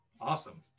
Awesome